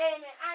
Amen